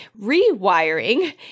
rewiring